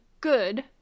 good